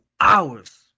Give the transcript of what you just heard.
hours